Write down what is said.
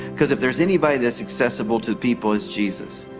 cause if there's anybody that's accessible to people it's jesus,